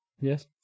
Yes